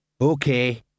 Okay